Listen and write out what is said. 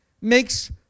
makes